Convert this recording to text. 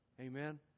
Amen